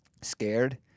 scared